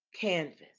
canvas